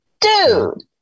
dude